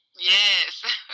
yes